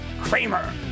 Kramer